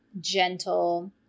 gentle